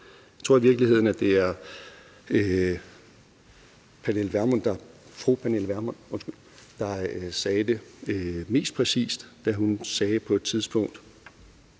Jeg tror i virkeligheden, at det var fru Pernille Vermund, der sagde det mest præcist, da hun på et tidspunkt